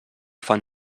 fan